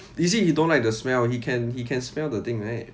is it he don't like the smell he can he can smell the thing right